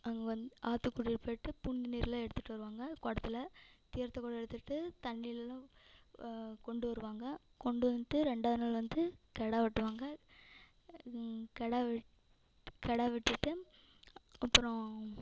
அங்கே வந்து ஆற்றுக்கு கூட்டிகிட்டு போயிட்டு புனிதநீர்லாம் எடுத்துகிட்டு வருவாங்க குடத்துல தீர்த்த குடம் எடுத்துகிட்டு தண்ணிலலாம் கொண்டு வருவாங்க கொண்டு வந்துட்டு ரெண்டாவது நாள் வந்து கெடா வெட்டுவாங்க கெடா வெட் கெடா வெட்டிட்டு அப்பறம்